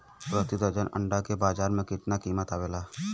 प्रति दर्जन अंडा के बाजार मे कितना कीमत आवेला?